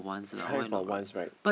try for once right